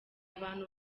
abantu